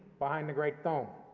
behind the great dome.